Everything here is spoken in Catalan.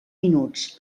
minuts